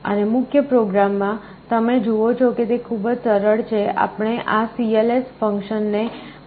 અને મુખ્ય પ્રોગ્રામ માં તમે જુઓ છો કે તે ખૂબ જ સરળ છે આપણે આ cls ફંક્શન ને પહેલાં કોલ કરી રહ્યા છીએ